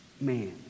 man